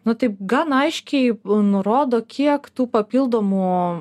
nu taip gan aiškiai nurodo kiek tų papildomų